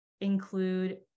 include